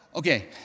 Okay